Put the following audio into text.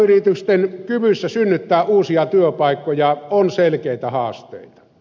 mikroyritysten kyvyssä synnyttää uusia työpaikkoja on selkeitä haasteita